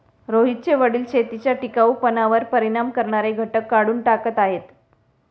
रोहितचे वडील शेतीच्या टिकाऊपणावर परिणाम करणारे घटक काढून टाकत आहेत